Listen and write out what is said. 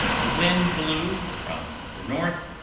the wind blew, from the north,